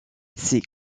ces